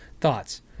thoughts